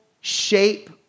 shape